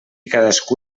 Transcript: cadascú